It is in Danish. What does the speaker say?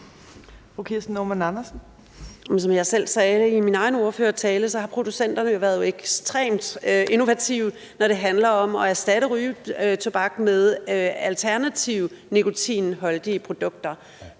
Som jeg selv sagde i min egen ordførertale, har producenterne jo været ekstremt innovative, når det handler om at erstatte rygetobak med alternative nikotinholdige produkter.